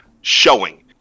showing